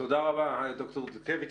תודה רבה, ד"ר דודקביץ.